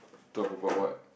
talk about what